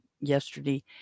yesterday